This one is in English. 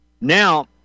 Now